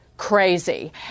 crazy